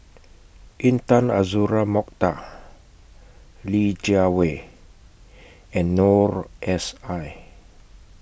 Intan Azura Mokhtar Li Jiawei and Noor S I